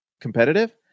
competitive